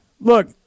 Look